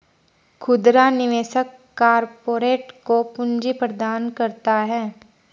खुदरा निवेशक कारपोरेट को पूंजी प्रदान करता है